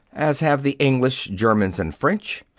as have the english, germans, and french,